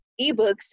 eBooks